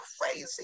crazy